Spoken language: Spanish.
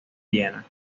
viena